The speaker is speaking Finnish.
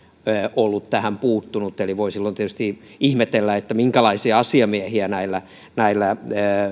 ollut tähän puuttunut eli voi silloin tietysti ihmetellä minkälaisia asiamiehiä näillä näillä